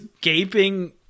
gaping